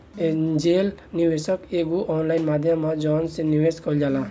angel निवेशक एगो online माध्यम ह जवना से निवेश कईल जाला